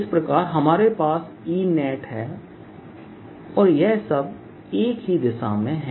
इस प्रकार हमारे पास Enetहै और यह सब एक ही दिशा में है